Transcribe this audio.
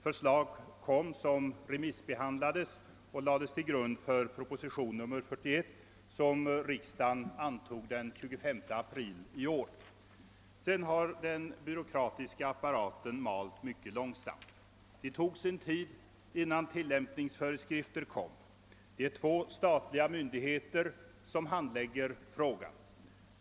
Förslag kom som remissbehandlades och lades till grund för proposition nr 41, som riksdagen antog den 25 april i år. Sedan har den byråkratiska apparaten malt mycket långsamt. Det tog sin tid innan tillämpningsföreskrifter kom. Det är två statliga myndigheter som handlägger frågan.